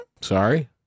Sorry